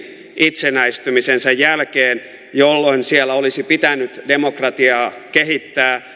itsenäistymisensä jälkeen jolloin siellä olisi pitänyt demokratiaa kehittää